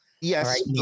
Yes